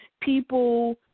people